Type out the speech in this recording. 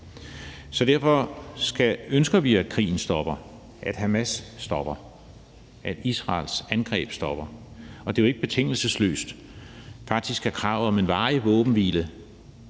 Så derfor ønsker vi, at krigen stopper – at Hamas stopper, og at Israels angreb stopper. Og det er jo ikke betingelsesløst. Faktisk kommer kravet om en varig våbenhvile